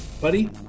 buddy